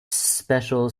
special